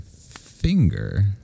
finger